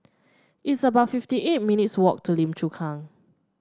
it's about fifty eight minutes' walk to Lim Chu Kang